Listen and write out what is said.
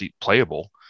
playable